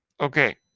okay